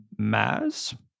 Maz